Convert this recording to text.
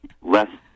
less